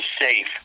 safe